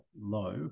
low